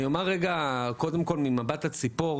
אני אומר קודם כל ממבט הציפור.